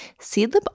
Seedlip